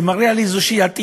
זה מראה אטימות